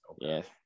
Yes